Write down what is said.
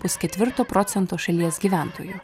pusketvirto procento šalies gyventojų